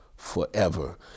Forever